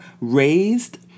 raised